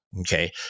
okay